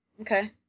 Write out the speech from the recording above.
Okay